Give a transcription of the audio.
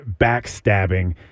backstabbing